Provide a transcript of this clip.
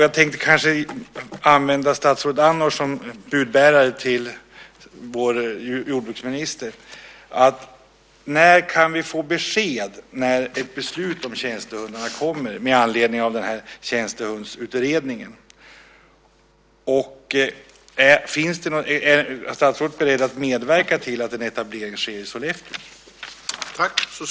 Jag tänkte använda statsrådet Andnor som budbärare till vår jordbruksminister. Min fråga är: När kan vi få besked om när ett beslut om tjänstehundarna kommer med anledning av Tjänstehundsutredningen? Och är statsrådet beredd att medverka till att en etablering sker i Sollefteå?